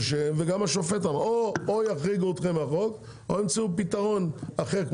או שיחריגו אתכם מהחוק או שימצאו פתרון אחר,